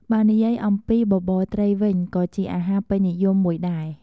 បើនិយាយអំពីបបរត្រីវិញ ក៏ជាអាហារពេញនិយមមួយដែរ។